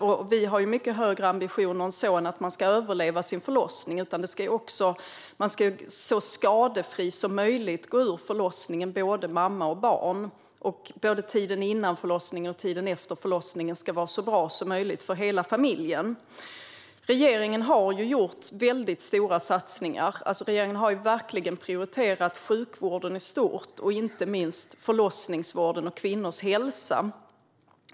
Och vi har mycket högre ambitioner än att man ska överleva sin förlossning. Både mamma och barn ska gå så skadefria som möjligt ur förlossningen. Och både tiden före förlossningen och tiden efter förlossningen ska vara så bra som möjligt för hela familjen. Regeringen har gjort väldigt stora satsningar. Regeringen har verkligen prioriterat sjukvården i stort och inte minst förlossningsvården och kvinnors hälsa.